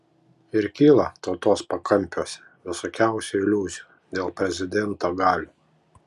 ir kyla tautos pakampiuose visokiausių iliuzijų dėl prezidento galių